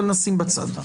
אבל נשים בצד.